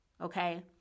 Okay